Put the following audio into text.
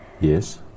Yes